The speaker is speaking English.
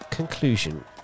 conclusion